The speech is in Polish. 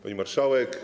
Pani Marszałek!